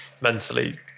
mentally